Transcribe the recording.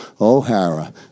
O'Hara